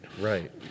Right